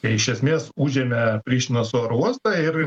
iš esmės užėmė prištinos oro uostą ir